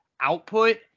output